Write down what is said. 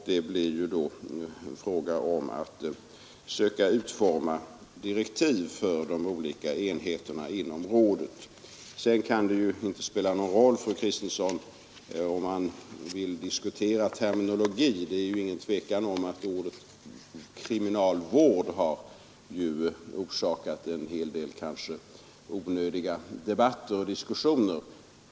Det blir ju då en fråga om att utforma direktiv för de olika enheterna inom rådet. Om man vill diskutera terminologi, fru Kristensson, är det ingen tvekan om att ordet kriminalvård har orsakat en hel del onödiga debatter och diskussioner.